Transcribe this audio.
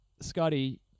Scotty